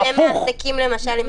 אני יכולה להגיד שחלק מהעסקים למשל הם